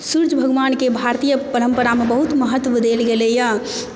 सूर्ज भगवानके भारतीय परम्परामे बहुत महत्व देल गेलै यऽ